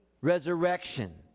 resurrection